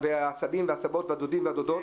מהסבים ומהסבתות ומהדודים והדודות.